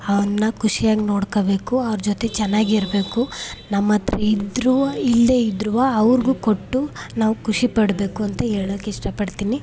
ಅವನ್ನು ಖುಷಿಯಾಗಿ ನೋಡ್ಕೋಬೇಕು ಅವ್ರ ಜೊತೆ ಚೆನ್ನಾಗಿರಬೇಕು ನಮ್ಮ ಹತ್ರ ಇದ್ರೂ ಇಲ್ಲದೇ ಇದ್ರು ಅವ್ರಿಗೂ ಕೊಟ್ಟು ನಾವು ಖುಷಿ ಪಡಬೇಕು ಅಂತ ಹೇಳೋಕೆ ಇಷ್ಟ ಪಡ್ತೀನಿ